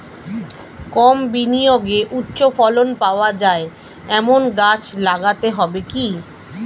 কম বিনিয়োগে উচ্চ ফলন পাওয়া যায় এমন গাছ লাগাতে হবে কি?